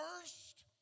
first